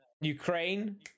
ukraine